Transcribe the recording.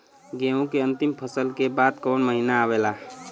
गेहूँ के अंतिम फसल के बाद कवन महीना आवेला?